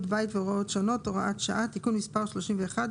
בית והוראות שונות) (הוראת שעה) (תיקון מס' 31),